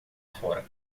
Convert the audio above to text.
fora